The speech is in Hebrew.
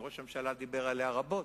וראש הממשלה דיבר עליה רבות: